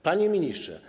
Panie Ministrze!